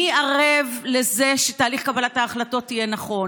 מי ערב לזה שתהליך קבלת ההחלטות יהיה נכון?